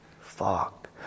Fuck